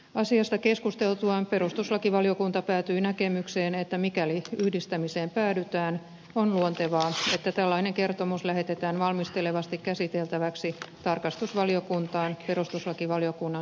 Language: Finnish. asiasta keskusteltuaan perustuslakivaliokunta päätyi näkemykseen että mikäli yhdistämiseen päädytään on luontevaa että tällainen kertomus lähetetään valmistelevasti käsiteltäväksi tarkastusvaliokuntaan perustuslakivaliokunnan sijasta